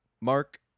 Mark